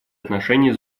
отношения